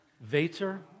vater